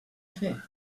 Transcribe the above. fer